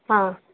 ಹಾಂ